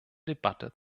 debatte